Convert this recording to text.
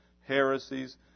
heresies